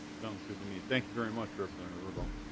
sound good to me. thank you very much representative urdahl.